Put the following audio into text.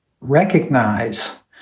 recognize